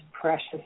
precious